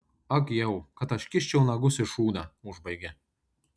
ag jau kad aš kiščiau nagus į šūdą užbaigė